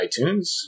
iTunes